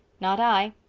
not i.